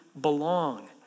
belong